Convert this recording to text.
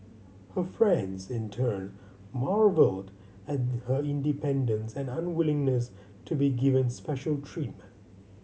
her friends in turn marvelled at her independence and unwillingness to be given special treatment